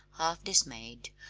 half dismayed,